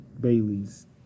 Bailey's